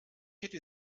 hätte